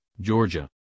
Georgia